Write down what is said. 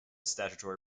statutory